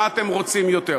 מה אתם רוצים יותר?